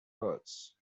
words